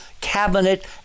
cabinet